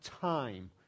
time